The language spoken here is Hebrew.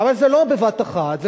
זה לא בבת אחת,